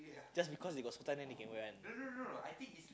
just because they got Sultan then they can wear one